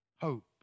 hope